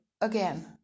again